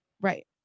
Right